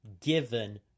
given